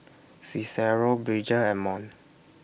Cicero Bridger and Mont